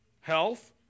Health